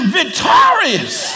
victorious